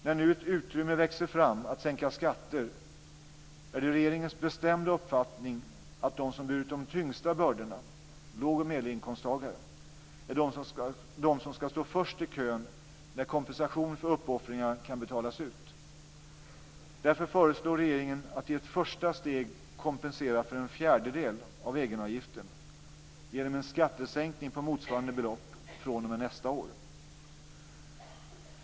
När nu ett utrymme växer fram att sänka skatter är det regeringens bestämda uppfattning att de som burit de tyngsta bördorna, låg och medelinkomsttagare, är de som ska stå först i kön när kompensation för uppoffringar kan betalas ut. Därför föreslår regeringen att man i ett första steg ska kompensera för en fjärdedel av egenavgifterna genom en skattesänkning på motsvarande belopp fr.o.m. nästa år.